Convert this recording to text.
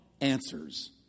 answers